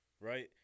right